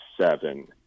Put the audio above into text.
seven